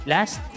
Last